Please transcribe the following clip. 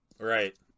Right